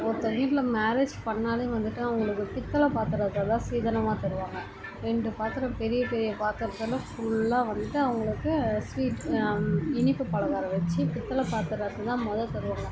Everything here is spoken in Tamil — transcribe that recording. ஒருத்தர் வீட்டில் மேரேஜ் பண்ணால் வந்துட்டு அவங்களுக்கு பித்தளை பாத்திரத்தை தான் சீதனமாக தருவாங்க ரெண்டு பாத்திரம் பெரிய பெரிய பாத்திரத்தெல்லாம் ஃபுல்லா வந்து அவங்களுக்கு ஸ்வீட் இனிப்பு பலகாரம் வச்சு பித்தளை பாத்திரத்தில் தான் முத தருவாங்க